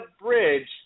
bridge